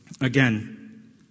again